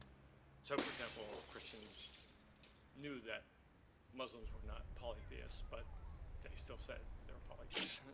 so, for example, christians knew that muslims were not polytheists, but they still said they're polytheists,